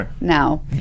now